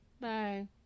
Bye